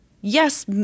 yes